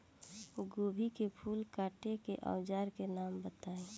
गोभी के फूल काटे के औज़ार के नाम बताई?